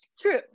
true